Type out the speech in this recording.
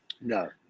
No